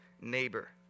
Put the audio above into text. neighbor